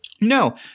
No